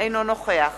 אינו נוכח